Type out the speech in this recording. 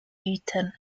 gütern